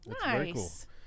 Nice